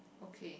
okay